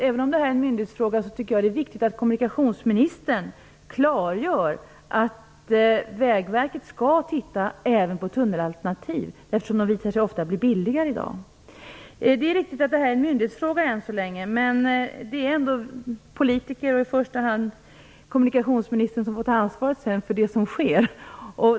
Även om detta är en myndighetsfråga är det viktigt att kommunikationsministern klargör att Vägverket även skall titta på tunnelalternativ, eftersom dessa ofta visar sig bli billigare i dag. Det är riktigt att detta än så länge är en myndighetsfråga, men det är ändå politiker och i första hand kommunikationsministern som sedan får ta ansvar för det som sker.